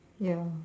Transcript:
ya